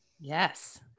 yes